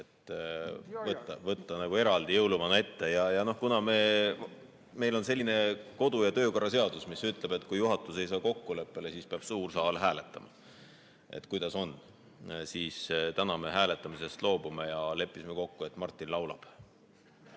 võtta jõuluvana eraldi ette. Kuna meil on selline kodu- ja töökorra seadus, mis ütleb, et kui juhatus ei saa kokkuleppele, siis peab suur saal hääletama. Aga täna me hääletamisest loobume ja leppisime kokku, et Martin laulab.